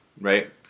right